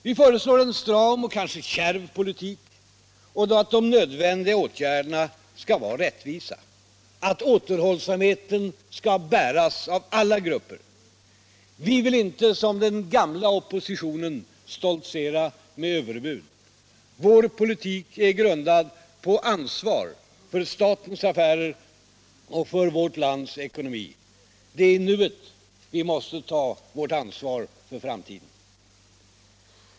Vi föreslår en stram och kanske kärv politik och att de nödvändiga åtgärderna skall vara rättvisa, att återhållsamheten skall bäras av alla grupper. Vi vill inte som den gamla oppositionen stoltsera med överbud. Vår politik är grundad på ansvar för statens affärer och för vårt lands ekonomi. Det är i nuet vi måste ta vårt ansvar för framtiden.